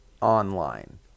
online